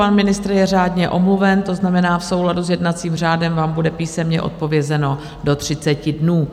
Pan ministr je řádně omluven, to znamená v souladu s jednacím řádem vám bude písemně odpovězeno do 30 dnů.